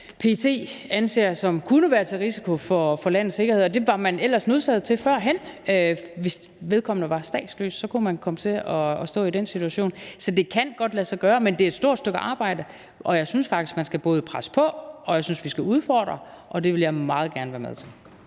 PET anser som en, der kunne være til risiko for landets sikkerhed, og det var man ellers nødsaget til førhen. Hvis vedkommende var statsløs, kunne man komme til at stå i den situation. Så det kan godt lade sig gøre, men det er et stort stykke arbejde. Jeg synes faktisk, at man både skal presse på for det og udfordre det, og det vil jeg meget gerne være med til.